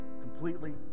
completely